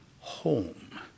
home